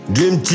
Dream